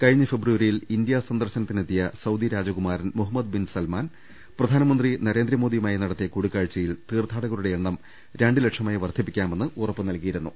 കഴിഞ്ഞ ഫെബ്രുവരിയിൽ ഇന്ത്യാ സന്ദർശനത്തി നെത്തിയ സൌദി രാജകുമാരൻ മുഹമ്മദ് ബിൻ സൽമാൻ പ്രധാനമന്ത്രിയു മായി നടത്തിയ കൂടിക്കാഴ്ചയിൽ തീർത്ഥാടകരുടെ എണ്ണം രണ്ടുലക്ഷമായി വർദ്ധിപ്പിക്കാമെന്ന് ഉറപ്പുനൽകിയിരുന്നു